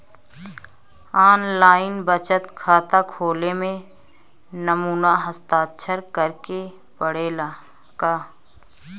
आन line बचत खाता खोले में नमूना हस्ताक्षर करेके पड़ेला का?